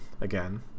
again